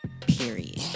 Period